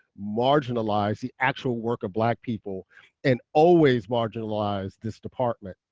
marginalize the actual work of black people and always marginalize this department.